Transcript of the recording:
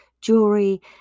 jewelry